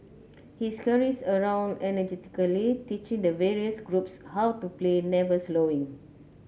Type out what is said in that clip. he scurries around energetically teaching the various groups how to play never slowing